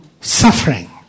suffering